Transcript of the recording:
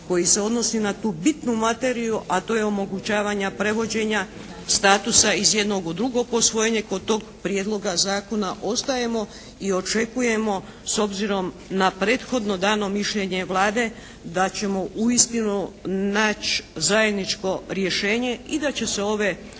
koji se odnosi na bitnu materiju a to je omogućavanje prevođenja statusa iz jednog u drugo posvojenje, kod tog prijedloga zakona ostajemo i očekujemo s obzirom na prethodno dano mišljenje Vlade, da ćemo uistinu nać' zajedničko rješenje i da će se ove